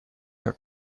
как